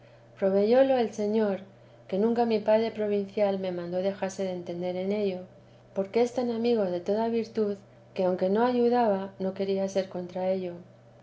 proveyólo el señor que nunca mi padre provincial me mandó dejase de entender en ello porque es tan amigo de toda virtud que aunque no ayudaba no quería ser contra ello